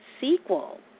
sequel